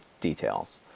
details